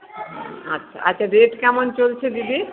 আচ্ছা আচ্ছা রেট কেমন চলছে দিদি